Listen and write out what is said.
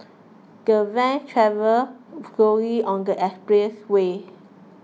the van travelled slowly on the expressway